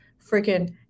freaking